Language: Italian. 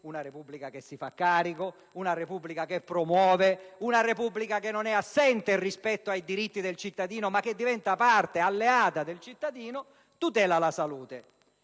una Repubblica che si fa carico, una Repubblica che promuove, una Repubblica che non è assente rispetto ai diritti del cittadino, ma che diventa parte e alleata del cittadino tutela la salute.